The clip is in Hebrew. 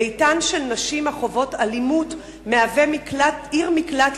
ביתן של נשים החוות אלימות מהווה עיר מקלט